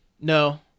No